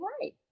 right